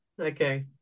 okay